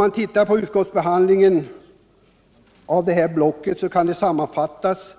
Om vi ser på utskottsbehandlingen av det block som kan sammanfattas